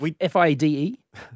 F-I-D-E